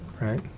Right